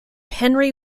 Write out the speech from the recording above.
henry